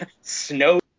Snow